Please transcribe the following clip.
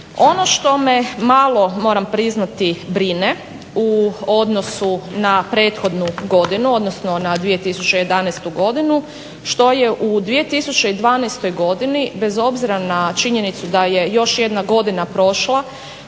Ono što me malo moram priznati brine u odnosu na prethodnu godinu, odnosno na 2011. godinu što je u 2012. godini bez obzira na činjenicu da je još jedna godina prošla